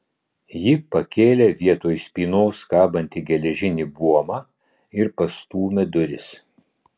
ji pakėlė vietoj spynos kabantį geležinį buomą ir pastūmė duris